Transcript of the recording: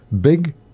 Big